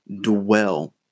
dwell